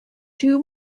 two